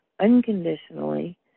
unconditionally